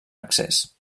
accés